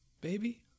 baby